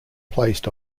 placed